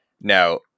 now